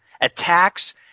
attacks